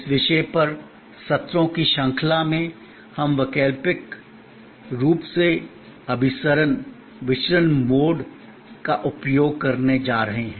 इस विषय पर सत्रों की श्रृंखला में हम वैकल्पिक रूप से अभिसरण विचलन मोड का उपयोग करने जा रहे हैं